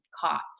caught